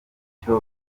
icyo